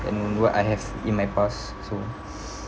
and what I have in my past so